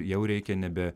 jau reikia nebe